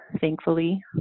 thankfully